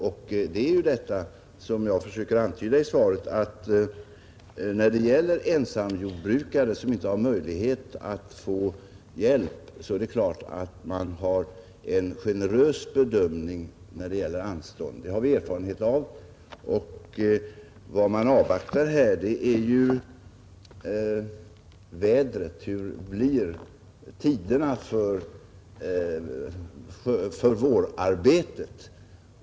I svaret försökte jag antyda att det är givet att de militära myndigheterna när det gäller ensamjordbrukare som inte har möjlighet att få hjälp bedömer anståndsfrågorna på ett generöst sätt. Det har vi erfarenhet av. Man får nu avvakta hur vädret blir och vad det har för inverkan på vårarbetet.